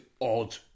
odd